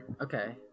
okay